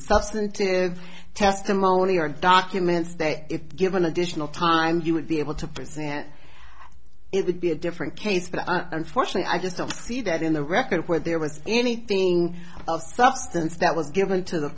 substantive testimony or documents that if given additional time you would be able to present it would be a different case but unfortunately i just don't see that in the record where there was anything of substance that was given